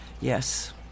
yes